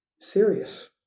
serious